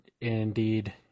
indeed